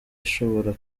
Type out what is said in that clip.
ishobora